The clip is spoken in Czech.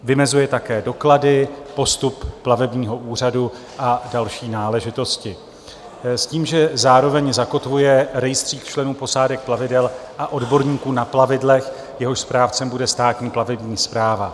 Vymezuje také doklady, postup plavebního úřadu a další náležitosti s tím, že zároveň zakotvuje rejstřík členů posádek plavidel a odborníků na plavidlech, jehož správcem bude Státní plavební správa.